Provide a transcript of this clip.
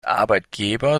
arbeitgeber